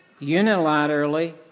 unilaterally